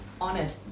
Honored